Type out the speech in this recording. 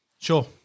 Sure